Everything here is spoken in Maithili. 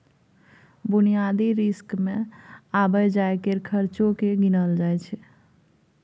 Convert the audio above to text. बुनियादी रिस्क मे आबय जाय केर खर्चो केँ गिनल जाय छै